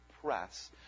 press